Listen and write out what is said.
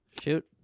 Shoot